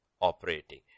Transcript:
operating